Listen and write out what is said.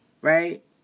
right